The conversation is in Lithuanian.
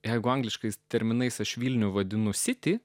jeigu angliškais terminais aš vilnių vadinu siti